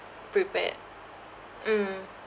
prepared mm